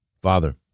Father